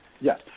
Yes